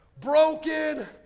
broken